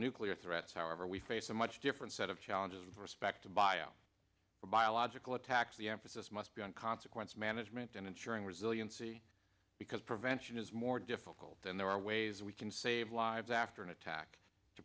nuclear threats however we face a much different set of challenges with respect to bio biological attacks the emphasis must be on consequence management and ensuring resiliency because prevention is more difficult and there are ways we can save lives after an attack to